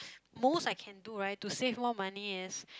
most I can do right to save more money is